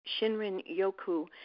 Shinrin-yoku